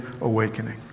awakening